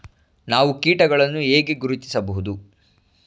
ನಾವು ಕೀಟಗಳನ್ನು ಹೇಗೆ ಗುರುತಿಸಬಹುದು?